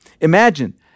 Imagine